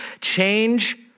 Change